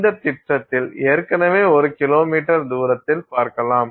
இந்த திட்டத்தில் ஏற்கனவே 1 கிலோமீட்டர் தூரத்தில் பார்க்கலாம்